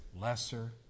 lesser